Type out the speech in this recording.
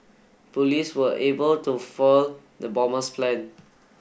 police were able to foil the bomber's plan